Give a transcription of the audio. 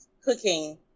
cooking